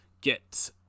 Get